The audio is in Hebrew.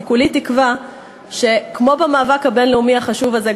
אני כולי תקווה שכמו במאבק הבין-לאומי החשוב הזה,